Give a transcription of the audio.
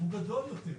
הוא גדול יותר.